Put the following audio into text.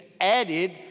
added